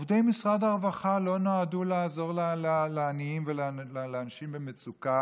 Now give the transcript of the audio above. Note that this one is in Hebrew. עובדי משרד הרווחה לא נועדו לעזור לעניים ולאנשים במצוקה